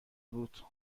بود